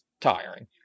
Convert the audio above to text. tiring